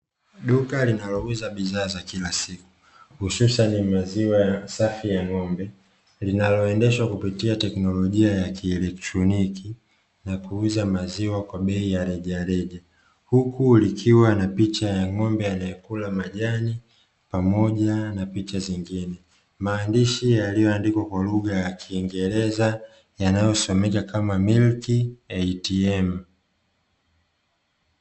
Duka linalouza bidhaa za kila siku hususan maziwa safi ya ng'ombe, linaloendeshwa kupitia teknolojia ya kielektroniki na kuuza maziwa kwa bei ya rejareja. Huku likiwa na picha ya ng'ombe anayekula majani pamoja na picha zingine, maandishi yaliyoandikwa kwa lugha ya kiingereza yanayosomeka kama "MILK ATM".